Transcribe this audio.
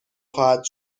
خواهد